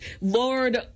lord